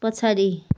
पछाडि